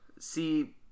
See